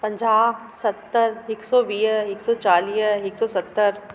पंजाहु सतरि हिक सौ वीह हिकु सौ चालीह हिकु सौ सतरि